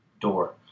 door